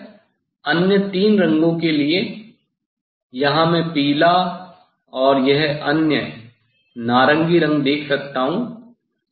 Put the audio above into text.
इसी तरह अन्य तीन रंगों के लिए यहां मैं पीला और यह अन्य नारंगी रंग देख सकता हूं